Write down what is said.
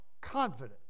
confident